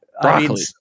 Broccoli